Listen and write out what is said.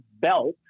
belt